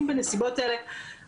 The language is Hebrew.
אני עוברת על מסמכים רפואיים,